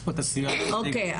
אוקי,